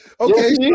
okay